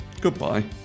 Goodbye